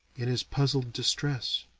in his puzzled distress.